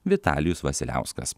vitalijus vasiliauskas